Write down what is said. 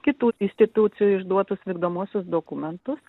kitų istitucijų išduotus vykdomuosius dokumentus